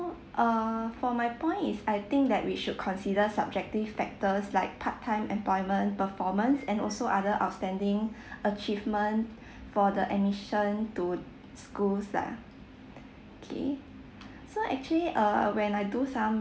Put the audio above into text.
uh for my point is I think that we should consider subjective factors like part time employment performance and also other outstanding achievement for the admission to schools lah K so actually uh when I do some